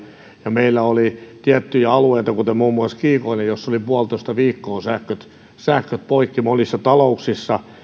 meillä oli tiettyjä alueita kuten muun muassa kiikoinen jossa oli puolitoista viikkoa sähköt sähköt poikki monissa talouksissa